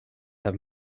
have